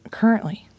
currently